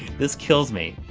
this kills me!